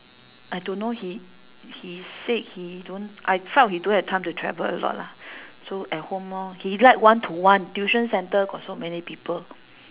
I don't know he he said he don't I felt he don't have time to travel a lot lah so at home lor he like one to one tuition centre got so many people